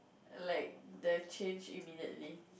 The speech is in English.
like the change immediately